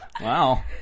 Wow